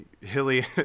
hilly